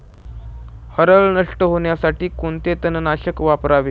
हरळ नष्ट होण्यासाठी कोणते तणनाशक वापरावे?